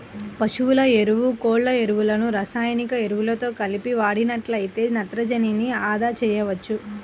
పశువుల ఎరువు, కోళ్ళ ఎరువులను రసాయనిక ఎరువులతో కలిపి వాడినట్లయితే నత్రజనిని అదా చేయవచ్చు